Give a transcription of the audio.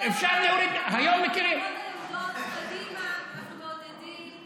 מחלקות היולדות, קדימה, אנחנו מעודדים.